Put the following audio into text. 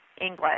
English